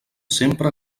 sempre